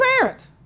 parents